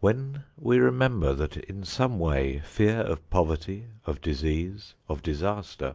when we remember that in some way, fear of poverty, of disease, of disaster,